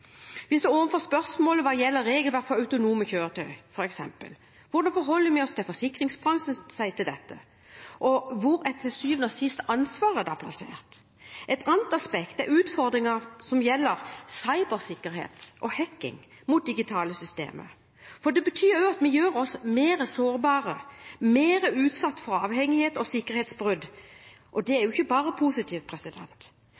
Vi står overfor spørsmål hva gjelder regelverk for autonome kjøretøy, f.eks. Hvordan forholder forsikringsbransjen seg til dette? Og hvor er til syvende og sist ansvaret plassert? Et annet aspekt er utfordringer som gjelder cyber-sikkerhet og hacking mot digitale systemer, for det betyr at vi gjør oss mer sårbare og mer utsatt for avhengighet og sikkerhetsbrudd. Det er